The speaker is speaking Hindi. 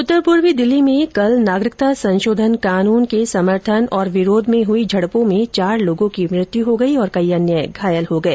उत्तर पूर्वी दिल्ली में कल नागरिकता संशोधन कानून के समर्थन और विरोध में हुई झड़पों में चार लोगों की मृत्यू हो गई और कई अन्य घायल हो गए